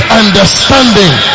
understanding